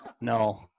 No